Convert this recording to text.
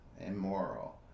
immoral